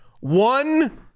One